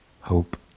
hope